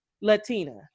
Latina